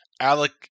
Alec